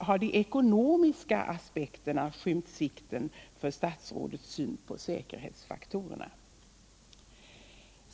Har de ekonomiska aspekterna skymt sikten för statsrådets bedömning av säkerhetsfaktorerna?